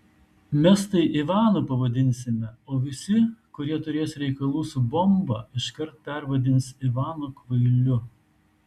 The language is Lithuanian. mes tai ivanu pavadinsime o visi kurie turės reikalų su bomba iškart pervadins ivanu kvailiu